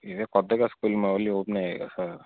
ఇదే కొత్తగా స్కూళ్ళు మళ్ళీ ఓపెన్ అయ్యాయి కదా సార్